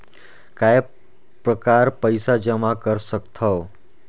काय प्रकार पईसा जमा कर सकथव?